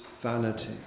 vanity